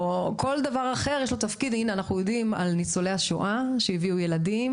אנחנו יודעים על ניצולי השואה שהביאו ילדים